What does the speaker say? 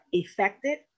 affected